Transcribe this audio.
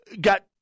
got